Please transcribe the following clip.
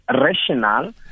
rational